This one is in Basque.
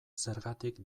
zergatik